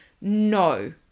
No